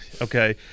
Okay